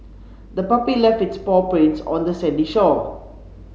the puppy left its paw prints on the sandy shore